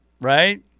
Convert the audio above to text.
right